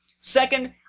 Second